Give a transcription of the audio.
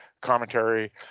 commentary